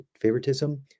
favoritism